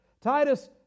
Titus